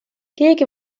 keegi